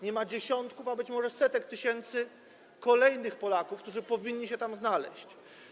Nie ma dziesiątków, a być może setek tysięcy kolejnych Polaków, którzy powinni się tam znaleźć.